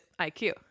IQ